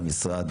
מהמשרד